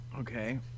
Okay